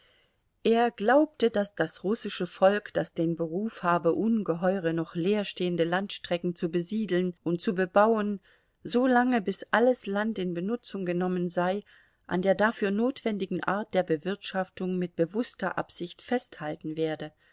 er glaubte daß das russische volk das den beruf habe ungeheure noch leerstehende landstrecken zu besiedeln und zu bebauen so lange bis alles land in benutzung genommen sei an der dafür notwendigen art der bewirtschaftung mit bewußter absicht festhalten werde